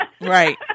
Right